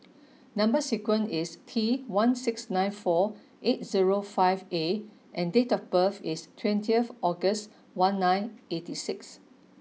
number sequence is T one six nine four eight zero five A and date of birth is twentieth August one nine eighty six